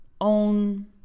own